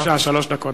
בבקשה, שלוש דקות.